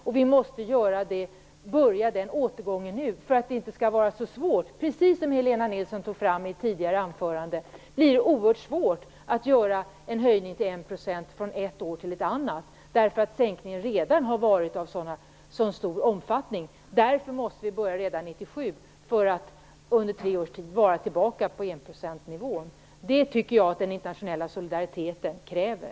Och vi måste börja återgången nu, för att det inte skall bli så svårt. Precis som Helena Nilsson förde fram i ett tidigare anförande blir det oerhört svårt att göra en höjning till 1 % från ett år till ett annat, därför att sänkningen redan har varit av en sådan stor omfattning. Därför måste vi börja redan 1997 för att efter tre års tid vara tillbaka på enprocentsnivån. Det tycker jag att den internationella solidariteten kräver.